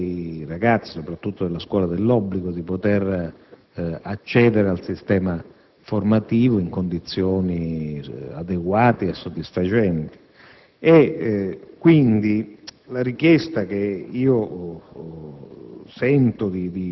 per i ragazzi, soprattutto della scuola dell'obbligo, di poter accedere al sistema formativo in condizioni adeguate e soddisfacenti. La richiesta che